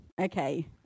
okay